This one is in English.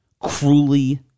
cruelly